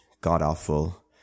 god-awful